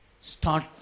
Start